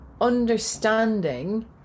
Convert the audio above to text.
understanding